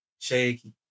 shaky